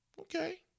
Okay